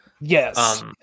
Yes